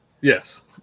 Yes